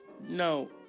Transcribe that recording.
No